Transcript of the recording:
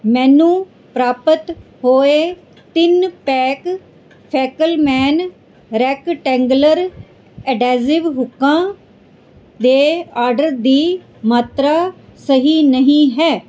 ਮੈਨੂੰ ਪ੍ਰਾਪਤ ਹੋਏ ਤਿੰਨ ਪੈਕ ਫੈਕਲਮੈਨ ਰੈਕਟੈਂਗਲਰ ਅਡੈਸਿਵ ਹੁੱਕਾਂ ਦੇ ਆਰਡਰ ਦੀ ਮਾਤਰਾ ਸਹੀ ਨਹੀਂ ਹੈ